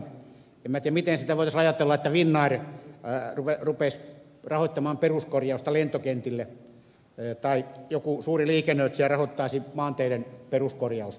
en tiedä miten voitaisiin ajatella että finnair rupeaisi rahoittamaan peruskorjausta lentokentillä tai joku suuri liikennöitsijä rahoittaisi maanteiden peruskorjausta